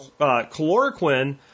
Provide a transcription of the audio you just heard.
chloroquine